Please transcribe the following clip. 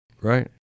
Right